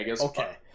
Okay